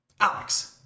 alex